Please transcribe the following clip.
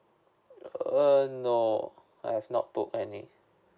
err no I have not book any